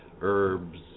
herbs